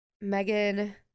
Megan